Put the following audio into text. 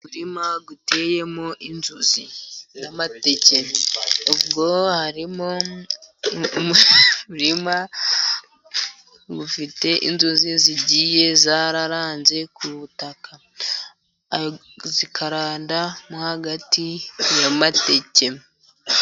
Umurima uteyemo inzuzi n'amateke, ubwo harimo, umurima ufite inzuzi zigiye zararanze ku butaka, zikaranda mo hagati y'amateke.